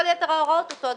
כל יתר ההוראות אותו דבר,